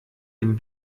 dem